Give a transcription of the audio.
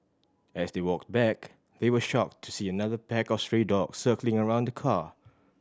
as they walked back they were shocked to see another pack of stray dog circling around the car